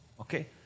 Okay